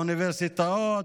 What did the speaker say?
באוניברסיטאות,